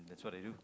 that's what I do